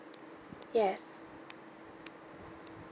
yes